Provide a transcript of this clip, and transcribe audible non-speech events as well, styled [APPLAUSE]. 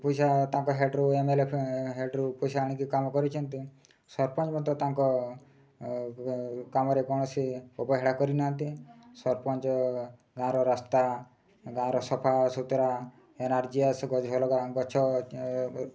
ପଇସା ତାଙ୍କ ହେଡ଼ରୁ ଏମ ଏଲ ଏ ହେଡ଼ରୁ ପଇସା ଆଣିକି କାମ କରିଛନ୍ତି ସରପଞ୍ଚ [UNINTELLIGIBLE] ତାଙ୍କ କାମରେ କୌଣସି ଅବହେଳା କରିନାହାନ୍ତି ସରପଞ୍ଚ ଗାଁର ରାସ୍ତା ଗାଁର ସଫା ସୁତୁରା ଏନାର୍ଜିଅସ ଗଛ ଲଗା ଗଛ